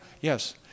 Yes